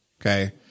okay